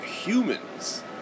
humans